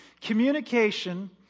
Communication